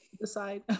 decide